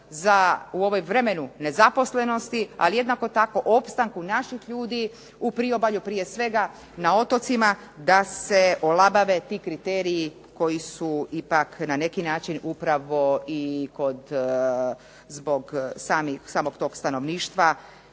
u ovome vremenu nezaposlenosti, ali jednako tako opstanku naših ljudi u priobalju prije svega na otocima, da se olabave ti kriteriji koji su ipak na neki način upravo i kod zbog samog toga stanovništva